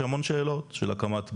של המון שאלות: של הקמת במה,